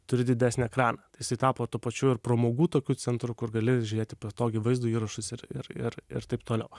turi didesnį ekraną tai jisai tapo tuo pačiu ir pramogų tokiu centru kur gali žiūrėti patogiai vaizdo įrašus ir ir ir ir taip toliau